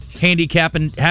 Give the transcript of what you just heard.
handicapping